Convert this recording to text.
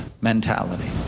mentality